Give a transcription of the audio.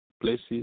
places